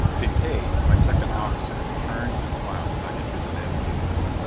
kincaide, my second officer, turned and smiled as i entered the navigating room.